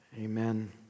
Amen